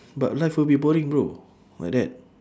but life will be boring bro like that